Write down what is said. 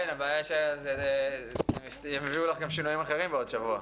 כן, הבעיה שהם יביאו לכם שינויים אחרים בעוד שבוע.